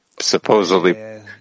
supposedly